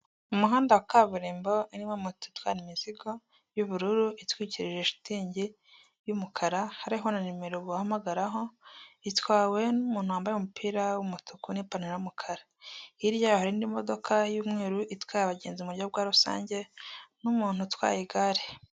Umuhanda wa kaburimbo urimo moto itwara imizigo y'ubururu itwikirije shitingi y'umukara hariho na numero bahamagaraho, itwawe n'umuntu wambaye umupira w'umutuku n'ipantaro y'umukara, hirya hari n'imodoka y'umweru itwaye abagenzi mu buryo bwa rusange n'umuntu utwaye igare.